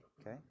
Okay